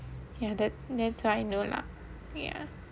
yeah that that's what I know lah ya